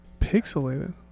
Pixelated